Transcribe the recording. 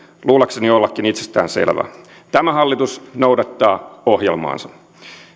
luullakseni ollakin itsestäänselvää tämä hallitus noudattaa ohjelmaansa